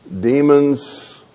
Demons